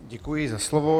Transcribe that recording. Děkuji za slovo.